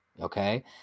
Okay